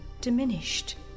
diminished